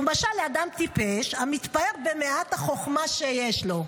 הוא משל לאדם טיפש המתפאר במעט החוכמה שיש לו.